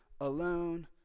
alone